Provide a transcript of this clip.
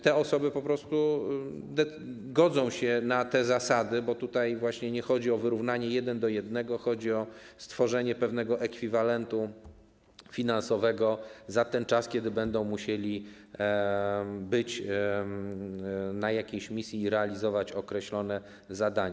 Te osoby po prostu godzą się na te zasady, bo tutaj nie chodzi o wyrównanie jeden do jednego, tylko chodzi o stworzenie pewnego ekwiwalentu finansowego za czas, kiedy będą musieli być na jakiejś misji i realizować określone zadania.